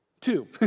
Two